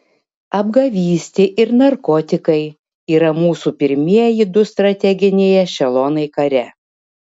apgavystė ir narkotikai yra mūsų pirmieji du strateginiai ešelonai kare